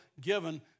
given